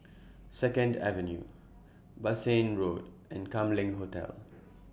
Second Avenue Bassein Road and Kam Leng Hotel